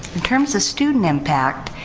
in terms of student impact,